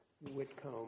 Whitcomb